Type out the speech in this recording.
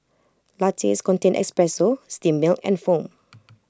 lattes contain espresso steamed milk and foam